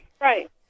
Right